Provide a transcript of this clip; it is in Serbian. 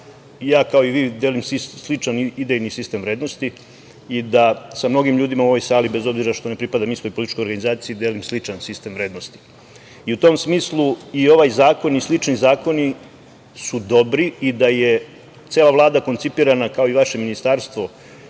ja kao i vi delim sličan idejni sistem vrednosti i da sa mnogim ljudima u ovoj sali bez obzira što ne pripadam istoj političkoj organizaciji delim sličan sistem vrednosti i u tom smislu i ovaj zakon i slični zakoni su dobri u da je cela Vlada koncipirana kao i vaše ministarstvo